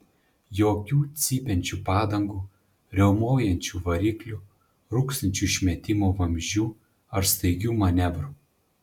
jokių cypiančių padangų riaumojančių variklių rūkstančių išmetimo vamzdžių ar staigių manevrų